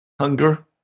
hunger